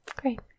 Great